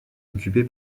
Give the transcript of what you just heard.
occupé